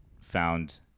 found